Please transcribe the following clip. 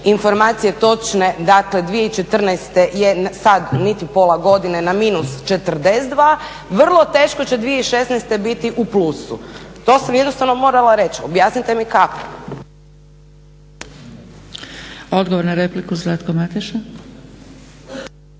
informacije točne, dakle 2014. je sad niti pola godine na minus 42 vrlo teško će 2016. biti u plusu. To sam jednostavno morala reći, objasnite mi kako. **Zgrebec, Dragica